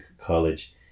college